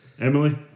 Emily